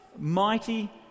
Mighty